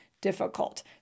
difficult